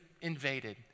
invaded